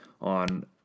on